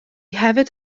hefyd